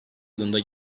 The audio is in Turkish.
yılında